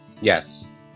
Yes